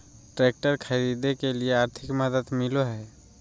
Tractor खरीदे के लिए आर्थिक मदद मिलो है?